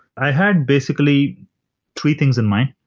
i had basically three things in mind.